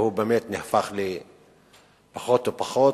ובאמת הפך להיות פחות ופחות,